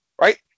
right